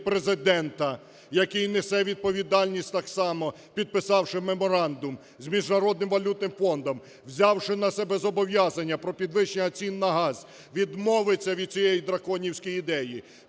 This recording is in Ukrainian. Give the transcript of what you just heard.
Президента, який несе відповідальність так само, підписавши меморандум з Міжнародним валютним фондом, взявши на себе зобов'язання про підвищення цін на газ, відмовиться від цієї "драконівської" ідеї.